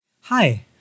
Hi